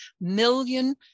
million